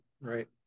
Right